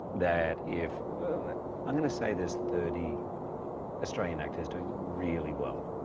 that if i'm gonna say there's thirty australian actors doing really well,